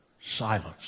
silence